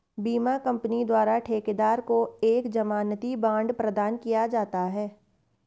बीमा कंपनी द्वारा ठेकेदार को एक जमानती बांड प्रदान किया जाता है